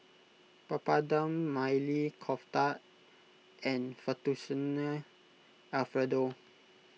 Papadum Maili Kofta and Fettuccine Alfredo